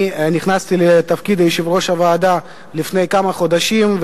אני נכנסתי לתפקיד יושב-ראש הוועדה לפני כמה חודשים,